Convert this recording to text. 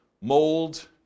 mold